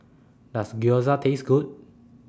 Does Gyoza Taste Good